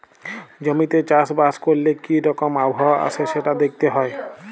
জমিতে চাষ বাস ক্যরলে কি রকম আবহাওয়া আসে সেটা দ্যাখতে হ্যয়